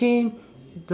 actually